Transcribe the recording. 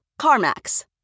CarMax